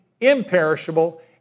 imperishable